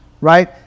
right